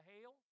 hail